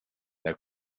now